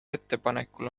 ettepanekul